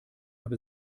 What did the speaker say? habe